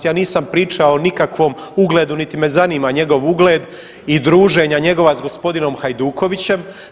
Ja nisam pričao o nikakvom ugledu niti me zanima njegov ugled i druženja njegova s g. Hajdukovićem.